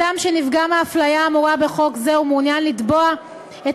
אדם שנפגע מההפליה האמורה בחוק זה ומעוניין לתבוע את